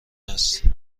است